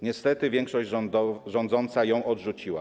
Niestety większość rządząca ją odrzuciła.